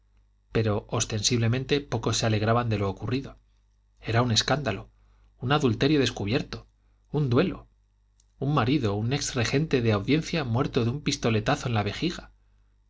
pero ostensiblemente pocos se alegraban de lo ocurrido era un escándalo un adulterio descubierto un duelo un marido un ex regente de audiencia muerto de un pistoletazo en la vejiga en